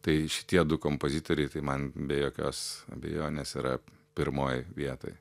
tai šitie du kompozitoriai tai man be jokios abejonės yra pirmoj vietoj